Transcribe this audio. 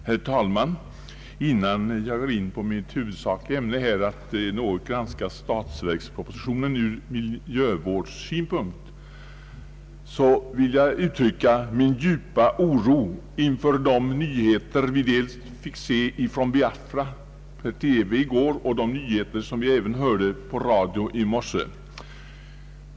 Herr talman! Innan jag går in på mitt huvudsakliga ämne, nämligen en granskning av statsverkspropositionen från miljövårdssynpunkt, vill jag uttrycka min djupa oro inför de nyheter vi dels fick se från Biafra i TV i går och dels de nyheter som vi hörde på radio i morse.